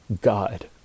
God